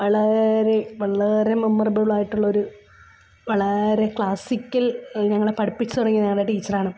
വളരെ വളരെ മെമ്മറബൾ ആയിട്ടുള്ളൊരു വളരെ ക്ലാസ്സിക്കൽ ഞങ്ങളെ പഠിപ്പിച്ചു തുടങ്ങിയത് ഞങ്ങളുടെ ടീച്ചറാണ്